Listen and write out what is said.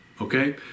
Okay